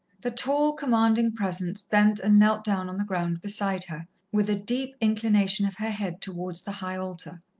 the tall, commanding presence bent and knelt down on the ground beside her, with a deep inclination of her head towards the high altar.